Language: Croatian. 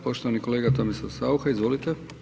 Poštovani kolega Tomislav Saucha, izvolite.